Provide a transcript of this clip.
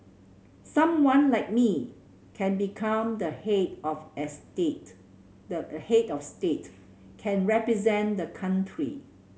someone like me can become the head of the head of state can represent the country